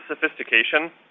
sophistication